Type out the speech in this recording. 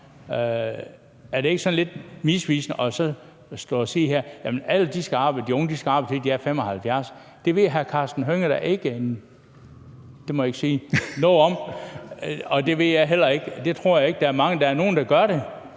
Er det ikke sådan lidt misvisende at stå og sige her, at alle skal arbejde; de unge skal arbejde til de er 75 år? Det ved hr. Karsten Hønge da ikke en ...– det må jeg ikke sige – noget om, og det ved jeg heller ikke. Det tror jeg ikke der er mange der ved.